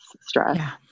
stress